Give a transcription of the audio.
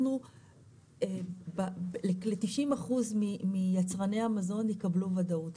אנחנו ל-90 אחוז מיצרני המזון יקבלו וודאות,